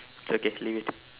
it's okay leave it